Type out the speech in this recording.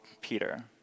Peter